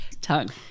tongue